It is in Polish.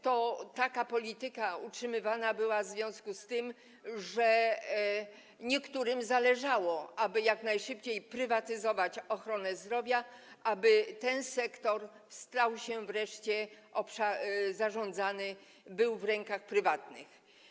Taka polityka utrzymywana była w związku w z tym, że niektórym zależało, aby jak najszybciej prywatyzować ochronę zdrowia, aby ten sektor stał się wreszcie zarządzany prywatnie, był w rękach prywatnych.